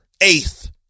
Eighth